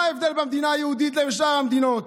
מה ההבדל בין המדינה היהודית לשאר המדינות?